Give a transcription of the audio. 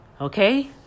Okay